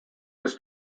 was